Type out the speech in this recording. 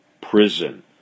prison